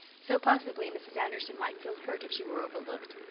so possibly mrs. anderson might feel hurt if she were overlooked.